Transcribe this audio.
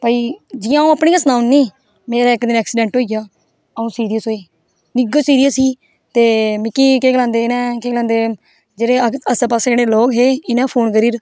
भाई जि'यां अ'ऊं अपनी गै सनाई ओड़नीं मेरा इक दिन ऐक्सीडैंट होई गेआ अ'ऊं सीरियस होई निग्गर सीरियस ही ते मिक्की केह् गलांदे इ'नें केह् गलांदे जेह्ड़े आस्सै पास्सै जेह्ड़े लोग हे इ'नें फोन करियै